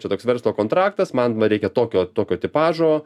čia toks verslo kontraktas man va reikia tokio tokio tipažo